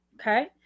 okay